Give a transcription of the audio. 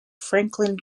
franklin